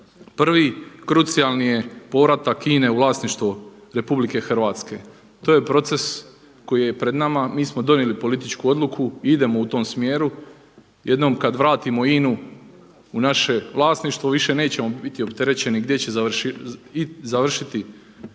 Prvi krucijalni je povratak INA-e u vlasništvo Republike Hrvatske. To je proces koji je pred nama. Mi smo donijeli političku odluku i idemo u tom smjeru. Jednom kad vratimo INA-u u naše vlasništvo više nećemo biti opterećeni gdje će završiti